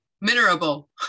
mineral